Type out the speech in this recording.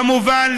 כמובן,